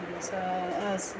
സാ